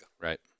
Right